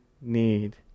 need